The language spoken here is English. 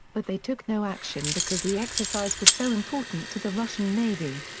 but they took no action because the exercise was so important to the russian navy.